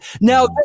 now